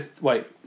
Wait